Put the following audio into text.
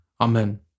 Amen